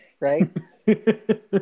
right